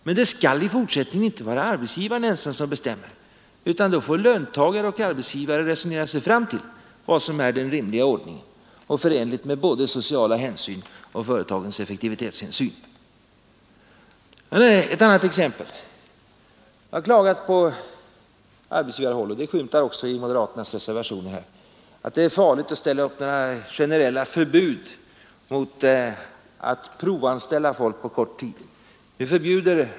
Men det skall i fortsättningen inte vara arbetsgivaren ensam som bestämmer, utan löntagare och arbetsgivare får resonera sig fram till vad som är den rimliga ordningen och vad som är förenligt med både sociala hänsyn och företagens effektivitetshänsyn. Ett annat exempel. Det har från arbetsgivarhåll klagats på — och det skymtar också i moderaternas reservation — att det är farligt att ställa upp några generella förbud mot att provanställa folk på kort tid.